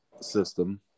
system